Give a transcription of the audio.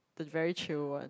the very chio one